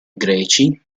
greci